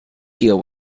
deal